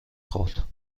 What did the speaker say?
خورد